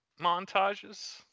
montages